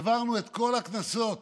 העברנו את כל הקנסות